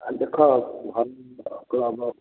ଆରେ ଦେଖ କୁହା ଦରକାର ହେବ